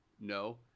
No